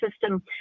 system